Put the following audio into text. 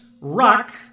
rock